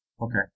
Okay